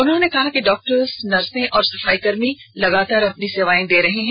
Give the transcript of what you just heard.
उन्होंने कहा कि डॉक्टर नर्स और सफाई कर्मी लगातार अपनी सेवा दे रहे हैं